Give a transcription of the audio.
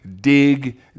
dig